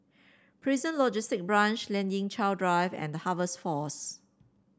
Prison Logistic Branch Lien Ying Chow Drive and The Harvest Force